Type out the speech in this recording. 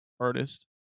artist